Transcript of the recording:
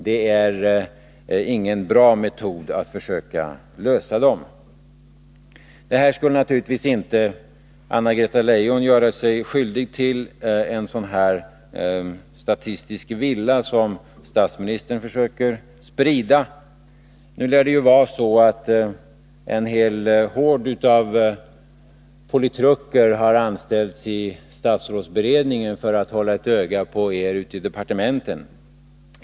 Det är ingen bra metod att försöka lösa dem. Anna-Greta Leijon skulle naturligtvis inte göra sig skyldig till en sådan statistisk villa som statsministern försöker sprida. Nu lär det ju vara så att en hel hord av politruker har anställts i statsrådsberedningen för att hålla ett öga på er ute i departementen.